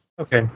Okay